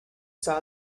saw